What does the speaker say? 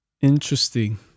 interesting